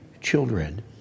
children